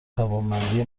توانمندی